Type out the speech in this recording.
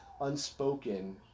unspoken